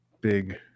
big